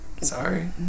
Sorry